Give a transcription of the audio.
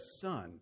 son